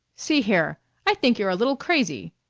see here i think you're a little crazy!